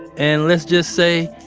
and let's just say,